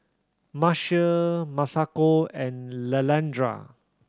Marcia Masako and Leandra